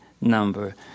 number